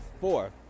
four